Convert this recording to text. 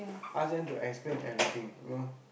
ask them to explain everything you know